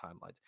timelines